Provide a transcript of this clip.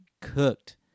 cooked